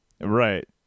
Right